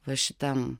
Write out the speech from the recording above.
va šitam